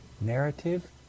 Narrative